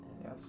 Yes